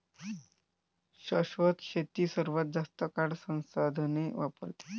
शाश्वत शेती सर्वात जास्त काळ संसाधने वापरते